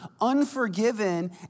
unforgiven